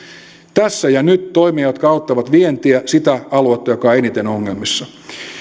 tässä ja nyt toimia jotka auttavat vientiä sitä aluetta joka on eniten ongelmissa